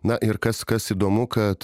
na ir kas kas įdomu kad